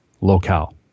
locale